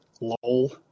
lol